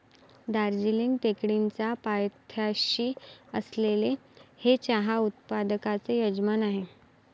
दार्जिलिंग टेकडीच्या पायथ्याशी असलेले हे चहा उत्पादकांचे यजमान आहे